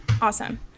Awesome